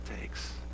takes